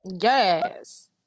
yes